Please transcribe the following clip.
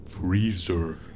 freezer